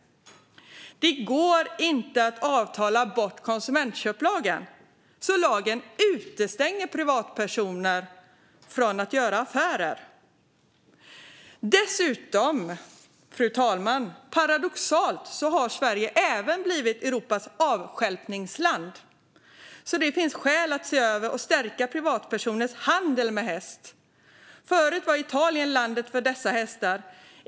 Det går inte att avtala bort konsumentköplagen, så lagen utestänger privatpersoner från att göra affärer. Fru talman! Paradoxalt har Sverige även blivit Europas avstjälpningsland. Det finns därför skäl att se över och stärka privatpersoners handel med häst. Förut var Italien landet för dessa hästar.